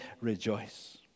Rejoice